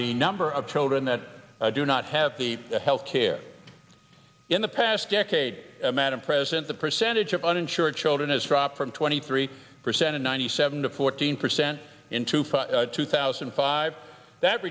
the number of children that do not have the health care in the past decade madam president the percentage of uninsured children is dropped from twenty three percent in ninety seven to fourteen percent in two for two thousand and five that